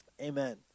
Amen